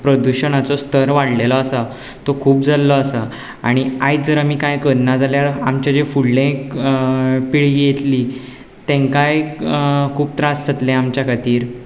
प्रदुशणाचो स्तर वाडलेलो आसा तो खूब जाल्लो आसा आनी आयज जर आमी कांय करना जाल्यार आमचें जें फुडलें पिळगी येतली तांकांय खूब त्रास जातले आमच्या खातीर